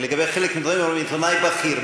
כי לגבי חלק מהדברים אמרו לי: עיתונאי בכיר.